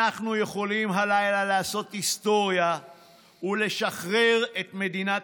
אנחנו יכולים הלילה לעשות היסטוריה ולשחרר את מדינת